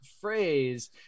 phrase